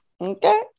Okay